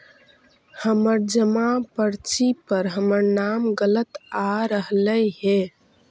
हमर जमा पर्ची पर हमर नाम गलत आ रहलइ हे